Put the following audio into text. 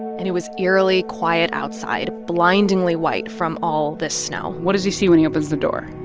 and it was eerily quiet outside, blindingly white from all this snow what does he see when he opens the door?